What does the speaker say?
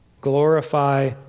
glorify